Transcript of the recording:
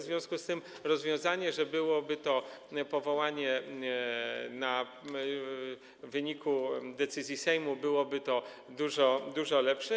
W związku z tym rozwiązanie, że byłoby to powołanie w wyniku decyzji Sejmu, byłoby dużo, dużo lepsze.